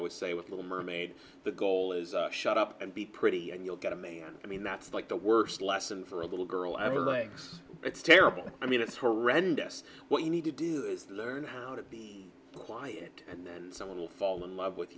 would say with little mermaid the goal is shut up and be pretty and you'll get a man i mean that's like the worst lesson for a little girl ever likes it's terrible i mean it's horrendous what you need to do is learn how to be quiet and then someone will fall in love with